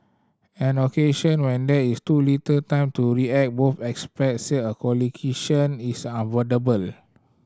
on occasion when there is too little time to react both experts said a collision is unavoidable